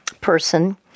person